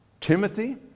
timothy